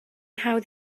hawdd